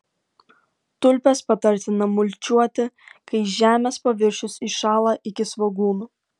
tulpes patartina mulčiuoti kai žemės paviršius įšąla iki svogūnų